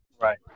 Right